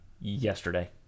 yesterday